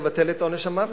לבטל את עונש המוות,